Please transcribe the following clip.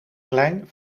klein